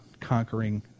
conquering